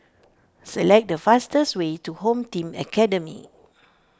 select the fastest way to Home Team Academy